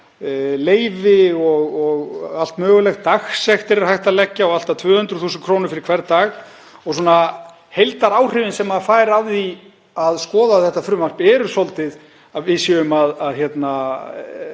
leyfi og allt mögulegt, dagsektir er hægt að leggja á, allt að 200.000 kr. fyrir hvern dag. Heildaráhrifin sem maður fær af því að skoða þetta frumvarp eru svolítið þau að við séum að tala